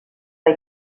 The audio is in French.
pas